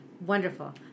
Wonderful